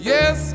Yes